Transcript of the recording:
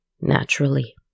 naturally